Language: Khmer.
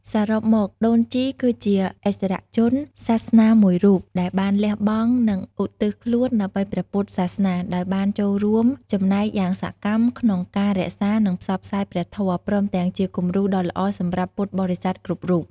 សរុបមក ដូនជីគឺជាឥស្សរជនសាសនាមួយរូបដែលបានលះបង់ និងឧទ្ទិសខ្លួនដើម្បីព្រះពុទ្ធសាសនា ដោយបានចូលរួមចំណែកយ៉ាងសកម្មក្នុងការរក្សា និងផ្សព្វផ្សាយព្រះធម៌ ព្រមទាំងជាគំរូដ៏ល្អសម្រាប់ពុទ្ធបរិស័ទគ្រប់រូប។